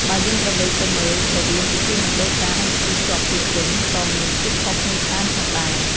បើយើងក្រឡេកទៅមើល រវាងពិធីមង្គលការ និងពិធីភ្ជាប់ពាក្យវិញ ក៏មានភាពខុសគ្នាច្រើនផងដែរ។